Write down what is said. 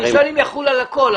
אני שואל אם יחול על הכול.